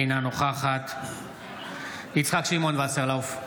אינה נוכחת יצחק שמעון וסרלאוף,